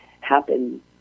happen